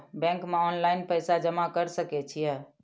Bank में online पैसा जमा कर सके छीये?